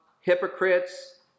hypocrites